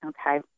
Okay